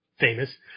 famous